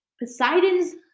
Poseidon's